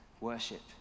worship